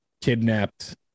kidnapped